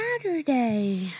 Saturday